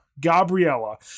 Gabriella